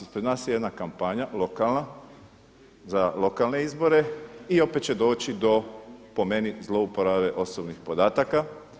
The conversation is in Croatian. Ispred nas je jedna kampanja lokalna za lokalne izbore i opet će doći do po meni zlouporabe osobnih podataka.